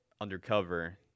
undercover